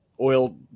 oil